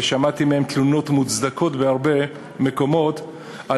ושמעתי מהם תלונות מוצדקות מהרבה מקומות על